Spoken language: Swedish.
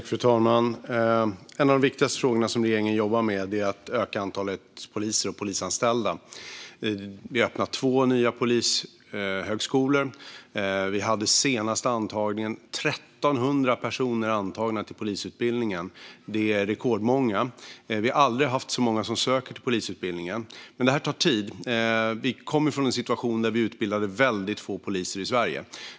Fru talman! En av de viktigaste frågorna som regeringen jobbar med är att öka antalet poliser och polisanställda. Vi öppnar två nya polishögskolor. Vid den senaste antagningen antogs 1 300 personer till polisutbildningen. Det är rekordmånga. Vi har aldrig haft så många som söker till polisutbildningen. Men det här tar tid. Vi kommer från en situation när vi utbildade väldigt få poliser i Sverige.